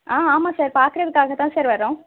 ஆ ஆமாம் சார் பார்க்குறதுக்காக தான் சார் வர்றோம்